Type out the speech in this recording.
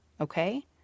okay